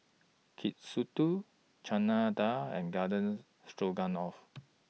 Katsudon Chana Dal and Gardens Stroganoff